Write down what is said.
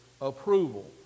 approval